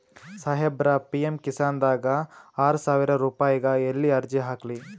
ಸಾಹೇಬರ, ಪಿ.ಎಮ್ ಕಿಸಾನ್ ದಾಗ ಆರಸಾವಿರ ರುಪಾಯಿಗ ಎಲ್ಲಿ ಅರ್ಜಿ ಹಾಕ್ಲಿ?